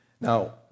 Now